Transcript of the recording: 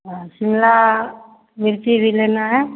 हाँ शिमला मिर्ची भी लेना है